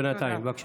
בבקשה.